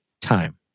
time